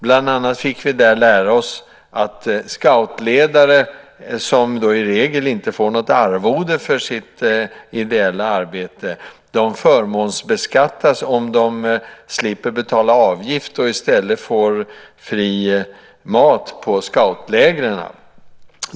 Bland annat fick vi där lära oss att scoutledare, som i regel inte får något arvode för sitt ideella arbete, förmånsbeskattas om de slipper betala avgift och i stället får fri mat på scoutlägren.